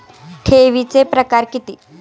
ठेवीचे प्रकार किती?